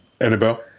Annabelle